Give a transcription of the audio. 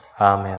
Amen